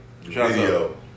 video